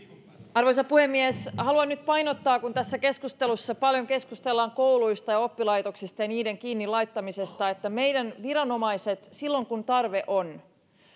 arvoisa puhemies haluan nyt painottaa kun tässä keskustelussa paljon keskustellaan kouluista ja oppilaitoksista ja niiden kiinni laittamisesta että meidän viranomaiset silloin kun tarve on